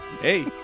Hey